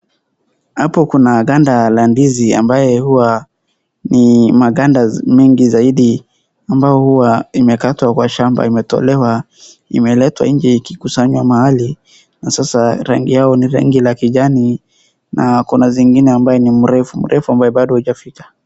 Hapo kuna ganda la ndizi ambaye huwa ni maganda mengi zaidi ambayo huwa imekatwa kwa shamba imetolewa imeletwa nje ikikusanywa mahali na sasa rangi yao ni rangi la kijani, na kuna zingine ambayo ni mrefu, mrefu ambaye bado hujafika.